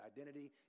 identity